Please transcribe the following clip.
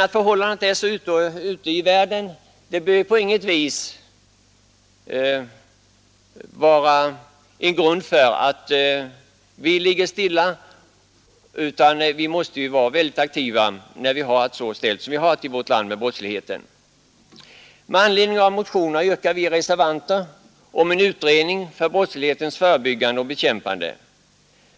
Att förhållandena är sådana ute i världen behöver emellertid inte på något vis föranleda oss att förhålla oss passiva, utan vi måste vara aktiva när vi har det så ställt med brottsligheten som vi har det i vårt land. Med anledning av motionerna yrkar vi reservanter på en utredning för brottslighetens förebyggande och bekämpande.